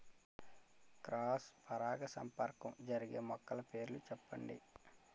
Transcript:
Cross పరాగసంపర్కం జరిగే మొక్కల పేర్లు చెప్పండి?